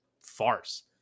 farce